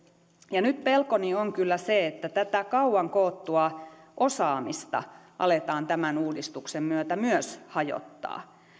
ja nyt pelkoni on kyllä se että myös tätä kauan koottua osaamista aletaan tämän uudistuksen myötä hajottaa